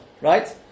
right